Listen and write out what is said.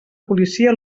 policia